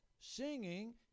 Singing